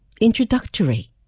Introductory